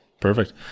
perfect